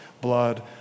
blood